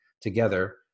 together